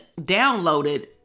downloaded